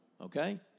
okay